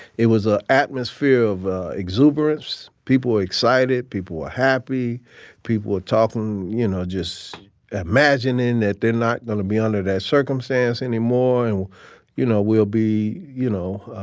it was a atmosphere of exuberance, people excited, people were happy people were talkin', you know, just imaginin' that they were not gonna be under that circumstance anymore. and you know, we'll be, you know,